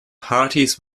parties